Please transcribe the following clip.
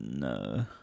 no